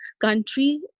country